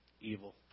evil